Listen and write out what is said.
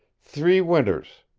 three winters.